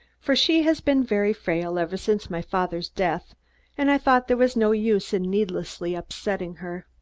for she has been very frail ever since my father's death and i thought there was no use in needlessly upsetting her.